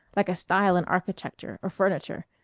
like a style in architecture or furniture.